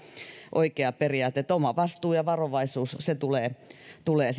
oikea periaate että oma vastuu ja varovaisuus tulee tulee